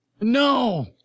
No